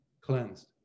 cleansed